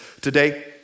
today